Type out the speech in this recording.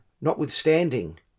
notwithstanding